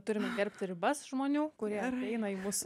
turime gerbti ribas žmonių kurie eina į mūsų